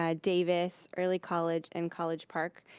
ah davis, early college, and college park.